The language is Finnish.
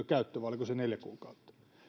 käyttöön vai oliko se neljä kuukautta